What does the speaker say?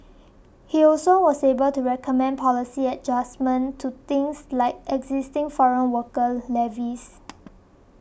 he also was able to recommend policy adjustments to things like the existing foreign worker levies